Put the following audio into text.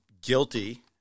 guilty